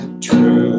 true